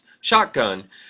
Shotgun